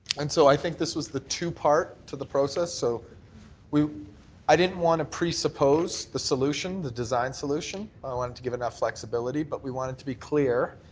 and so i think this was the two-part to the process so i didn't want to presuppose the solution, the design solution. i wanted to give enough flexibility but we wanted to be clear,